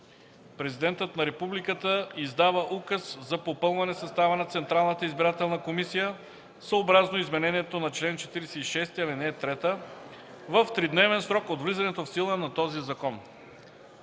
Президентът на републиката издава указ за попълване състава на Централната избирателна комисия съобразно изменението на чл. 46, ал. 3 в тридневен срок от влизането в сила на този закон.”